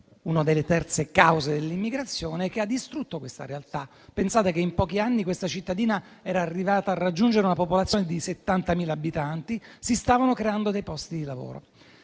tra le cause dell'emigrazione - che ha distrutto quella realtà. Pensate che in pochi anni quella cittadina era arrivata a raggiungere una popolazione di 70.000 abitanti e si stavano creando posti di lavoro.